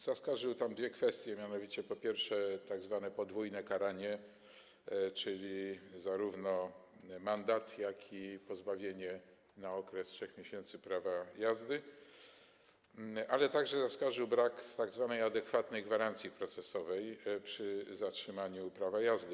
Zaskarżył dwie kwestie, a mianowicie, po pierwsze, tzw. podwójne karanie - czyli zarówno mandat, jak i pozbawienie na okres 3 miesięcy prawa jazdy - a także brak tzw. adekwatnej gwarancji procesowej przy zatrzymaniu prawa jazdy.